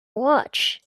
watch